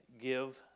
give